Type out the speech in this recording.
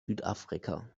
südafrika